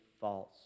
false